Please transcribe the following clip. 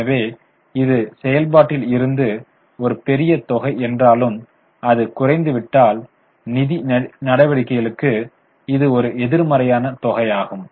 எனவே இது செயல்பாட்டில் இருந்து ஒரு பெரிய தொகை என்றாலும் அது குறைந்துவிட்டால் நிதி நடவடிக்கைகளுக்கு இது ஒரு எதிர்மறையான தொகையாகும்